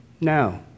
no